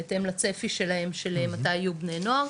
בהתאם לצפי שלהם של מתי יהיו בני נוער.